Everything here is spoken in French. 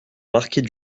marquer